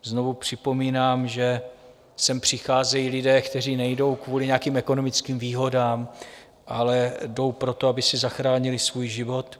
Znovu připomínám, že sem přicházejí lidé, kteří nejdou kvůli nějakým ekonomickým výhodám, ale jdou proto, aby si zachránili svůj život.